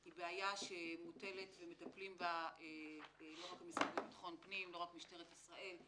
זאת בעיה שמטפלים בה לא רק המשרד לביטחון פנים ולא רק משטרת ישראל,